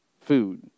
Food